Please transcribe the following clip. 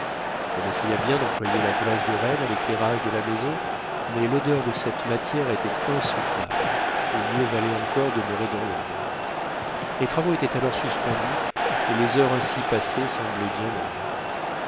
on essaya bien d'employer la graisse de renne à l'éclairage de la maison mais l'odeur de cette matière était insoutenable et mieux valait encore demeurer dans l'ombre les travaux étaient alors suspendus et les heures ainsi passées semblaient bien longues